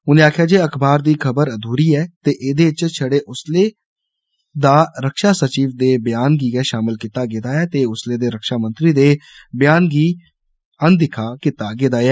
उनें आक्खेआ जे अखबार दी खबर अधूरी ऐ ते एहदे च छड़े उसले दा रक्षा सचिव दे बयान गी गै षामल कीता गेदा ऐ ते उसले दे रक्षामंत्री दे बयान गी अनदिक्खेआ कीता गेदा ऐ